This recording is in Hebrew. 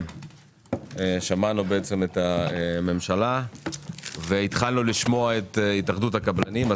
שמענו את הממשלה והתחלנו לשמוע את התאחדות הקבלנים.